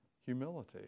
humility